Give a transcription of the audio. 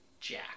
Jack